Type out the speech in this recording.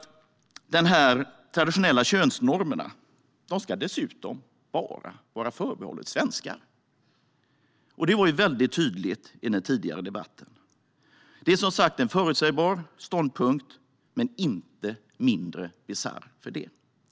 De traditionella könsnormerna ska dessutom bara vara förbehållna svenskar. Detta var mycket tydligt i den tidigare debatten. Det är som sagt en förutsägbar ståndpunkt, men den blir inte mindre bisarr för det.